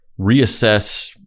reassess